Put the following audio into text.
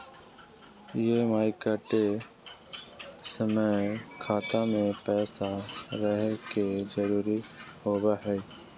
EMI कटे समय खाता मे पैसा रहे के जरूरी होवो हई